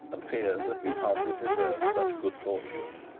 and fears that he hardly deserved such good fortune.